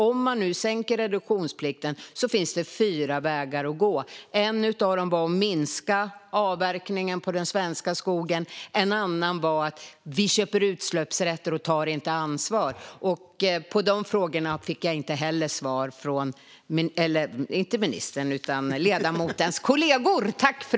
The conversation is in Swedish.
Om reduktionsplikten sänks finns fyra vägar att gå. En av dem är att minska avverkningen av den svenska skogen. En annan är att köpa utsläppsrätter och inte ta ansvar. På de frågorna fick jag inte heller svar av ledamotens kollegor.